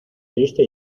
triste